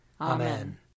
Amen